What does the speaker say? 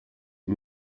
val